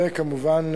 וכמובן,